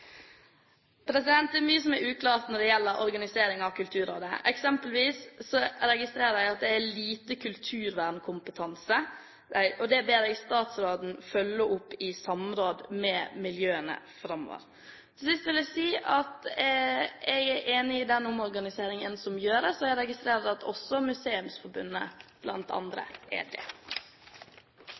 moteord. Det er mye som er uklart når det gjelder organiseringen av Kulturrådet. Eksempelvis registrerer jeg at det er lite kulturvernkompetanse, og det ber jeg statsråden følge opp i samråd med miljøene framover. Til sist vil jeg si at jeg er enig i den omorganiseringen som gjøres, og jeg registrerer at også Museumsforbundet, blant andre, er det.